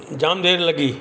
जाम देरि लॻी